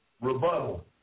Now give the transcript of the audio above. rebuttal